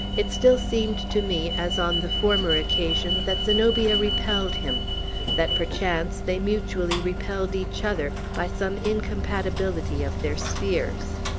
it still seemed to me, as on the former occasion, that zenobia repelled him that, perchance, they mutually repelled each other, by some incompatibility of their spheres.